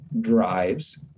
drives